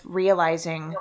realizing